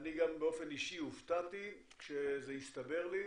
אני גם באופן אישי הופתעתי שזה הסתבר לי,